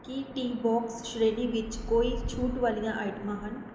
ਕੀ ਟੀਬੋਕਸ ਸ਼੍ਰੇਣੀ ਵਿੱਚ ਕੋਈ ਛੂਟ ਵਾਲੀਆਂ ਆਈਟਮਾਂ ਹਨ